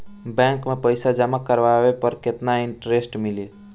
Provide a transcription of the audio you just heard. Bank में पईसा जमा करवाये पर केतना इन्टरेस्ट मिली?